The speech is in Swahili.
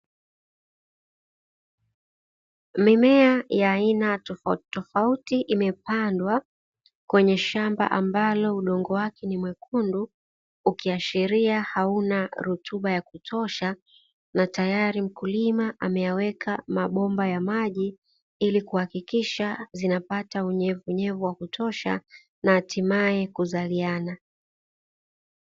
Mimea ya aina tofauti tofauti imepandwa kwenye shamba ambalo udongo wake ni mwekundu, ukiashiria hauna rutuba ya kutosha na tayari mkulima ameyaweka mabomba ya maji, ili kuhakikisha zinapata unyevunyevu wa kutosha na hatimaye kuzaliana.